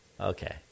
Okay